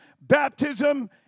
baptism